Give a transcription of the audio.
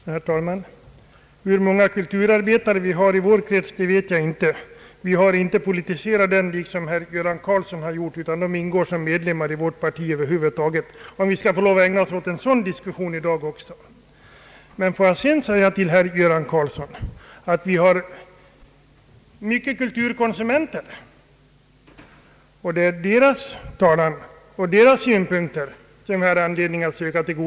Herr talman! Hur många kulturarbetarna är i vår krets vet jag inte. Vi har dock inte som herr Göran Karlsson politiserat dem, utan de ingår som medlemmar i vårt parti över huvud taget — om det nu skall vara nödvändigt att också ägna oss åt en sådan diskussion i dag. Men, herr Göran Karlsson, det finns många kulturkonsumenter, och det är deras talan och synpunkter som man bör framföra här.